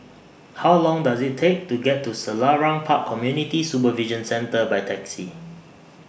How Long Does IT Take to get to Selarang Park Community Supervision Centre By Taxi